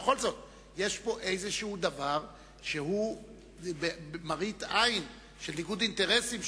בכל זאת יש פה איזה דבר שהוא מראית-עין של ניגוד אינטרסים,